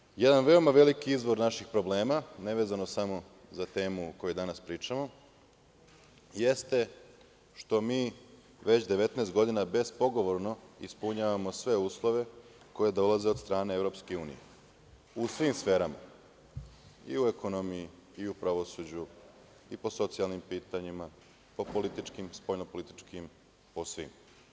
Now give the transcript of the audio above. Pre svega, jedan veoma veliki izvor naših problema, nevezano samo za temu o kojoj danas pričamo, jeste što mi već 19 godina bespogovorno ispunjavamo sve uslove koji dolaze od strane EU, u svim sferama, i u ekonomiji i u pravosuđu i po socijalnim pitanjima, po spoljno-političkim, po svim.